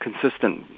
consistent